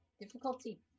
Difficulty